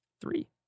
three